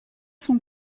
sont